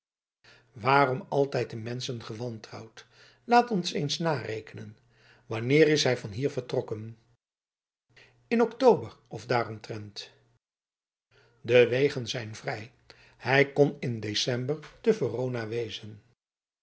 waarom altijd de menschen gewantrouwd laat ons eens narekenen wanneer is hij van hier vertrokken in october of daaromtrent de wegen zijn vrij hij kon in december te verona wezen